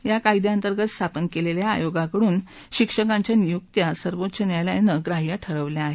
या कायद्यांतर्गत स्थापन केलेल्या आयोगाकडून शिक्षकांच्या नियुक्त्याही सर्वोच्च न्यायालयानं ग्राह्य ठरवल्या आहेत